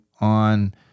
on